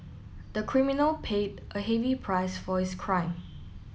the criminal paid a heavy price for his crime